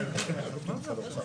רעות.